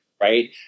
right